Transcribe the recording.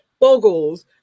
Boggles